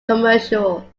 commercial